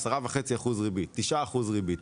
10.5% ריבית או 9% ריבית.